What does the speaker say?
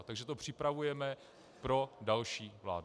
Takže to připravujeme pro další vládu.